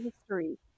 history